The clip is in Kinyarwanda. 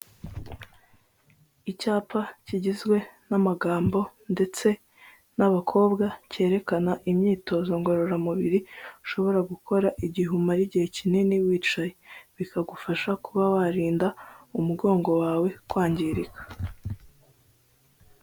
Icyapa kigizwe n'amagambo ndetse n'abakobwa cyerekana imyitozo ngororamubiri ushobora gukora igihe umara igihe kinini wicaye, bikagufasha kuba warinda umugongo wawe kwangirika.